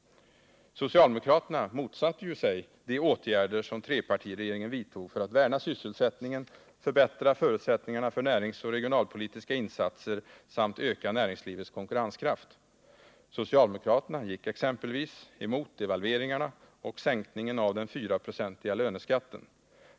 Socialdemokraterna motsatte sig de åtgärder som trepartiregeringen vidtog för att värna sysselsättningen, förbättra förutsättningarna för näringsoch regionalpolitiska insatser samt öka näringslivets konkurrenskraft. Socialdemokraterna gick exempelvis emot devalveringarna och sänkningen av den 4-procentiga löneskatten.